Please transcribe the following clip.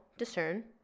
discern